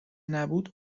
نبود